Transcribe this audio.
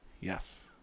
Yes